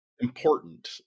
important